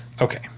Okay